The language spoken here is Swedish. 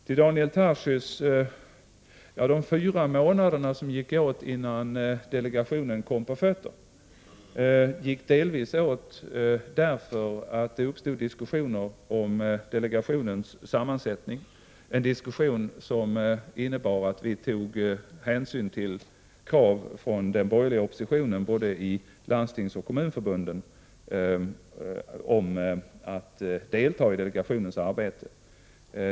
Till Daniel Tarschys vill jag säga att de fyra månader som det tog innan delegationen ”kom på fötter” gick åt delvis på grund av att det uppstod diskussioner om delegationens sammansättning, en diskussion som innebar att vi tog hänsyn till krav från den borgerliga oppositionen både i Landstingsförbundet och i Kommunförbundet om att delta i delegationens arbete.